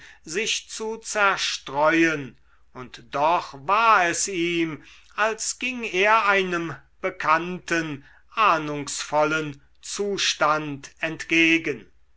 sich zu zerstreuen und doch war es ihm als ging er einem bekannten ahnungsvollen zustand entgegen